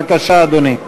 בבקשה, אדוני.